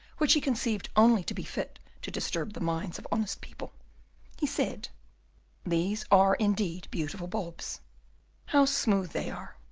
which he conceived only to be fit to disturb the minds of honest people he said these are, indeed, beautiful bulbs how smooth they are,